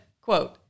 quote